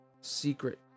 secret